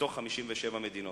מתוך 57 מדינות.